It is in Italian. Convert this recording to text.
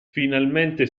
finalmente